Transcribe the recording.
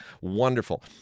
wonderful